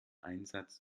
einsatz